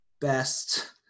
best –